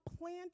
Plant